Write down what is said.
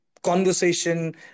conversation